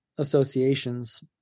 associations